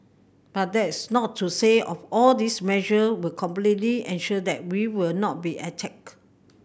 but that's not to say of all these measure will completely ensure that we will not be attacked